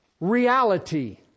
reality